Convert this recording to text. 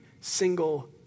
single